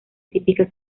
típica